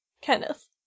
Kenneth